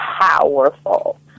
powerful